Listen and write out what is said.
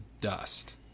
dust